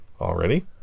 already